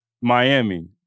Miami